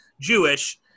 Jewish